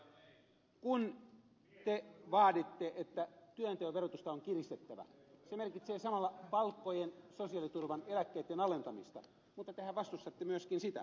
kun te vaaditte että työnteon verotusta on kiristettävä se merkitsee samalla palkkojen sosiaaliturvan eläkkeitten alentamista mutta tehän vastustatte myöskin sitä